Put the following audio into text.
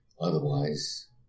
Otherwise